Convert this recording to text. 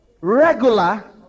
regular